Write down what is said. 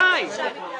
יפיל את החוק במליאה.